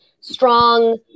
strong